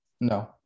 no